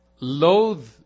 loathe